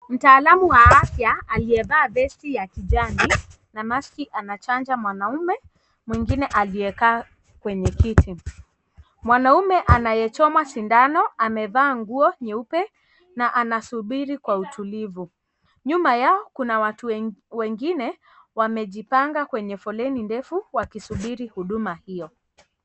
Mtaalamu wa afya aliyevaa vesti ya kijani na maski anachanja mwanamume mwengine aliyekaa kwenye kiti. Mwanamume anayechoma sindano amevaa nguo nyeupe na anasubiri kwa utulivu. Nyuma yao kuna watu wengine wamejipanga kwenye foleni ndefu wakisubiri huduma hio.